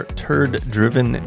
turd-driven